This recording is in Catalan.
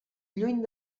lluny